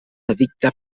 edicte